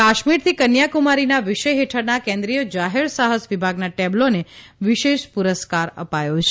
કાશ્મીરથી કન્યાકુમારીના વિષય હેઠળના કેન્રિશ્ય જાહેરસાહસ વિભાગના ટેબ્લોને વિશેષ પુરસ્કાર અપાયો છે